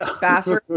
bathroom